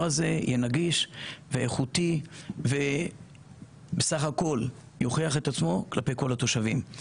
הזה יהיה נגיש ואיכותי ובסך הכל יוכיח את עצמו כלפי כל התושבים.